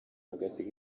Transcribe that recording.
agasiga